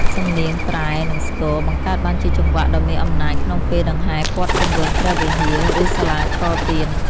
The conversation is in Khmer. សំនៀងត្រែ និងស្គរ បង្កើតបានជាចង្វាក់ដ៏មានអំណាចក្នុងពេលដង្ហែព័ទ្ធជុំវិញព្រះវិហារ ឬសាលាឆទាន។